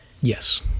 Yes